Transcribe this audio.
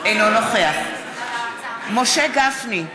אינו נוכח משה גפני,